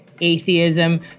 atheism